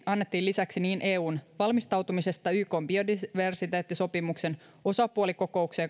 annettiin lisäksi niin eun valmistautumisesta ykn biodiversiteettisopimuksen osapuolikokoukseen